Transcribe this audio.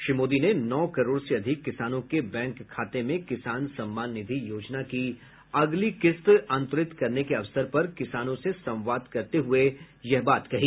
श्री मोदी ने नौ करोड़ से अधिक किसानों के बैंक खाते में किसान सम्मान निधि योजना की अगली किस्त अंतरित करने के अवसर पर किसानों से संवाद करते हुये यह बात कही